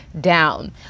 down